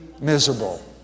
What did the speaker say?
miserable